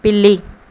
పిల్లి